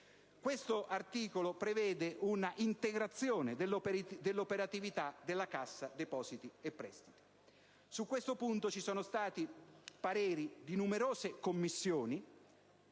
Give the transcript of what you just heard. Questo articolo prevede un'integrazione dell'operatività della Cassa depositi e prestiti. Su questo punto ci sono stati pareri di numerose Commissioni